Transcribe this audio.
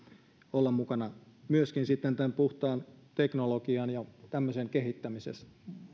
olla mukana myöskin sitten tämän puhtaan teknologian ja tämmöisen kehittämisessä